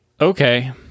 okay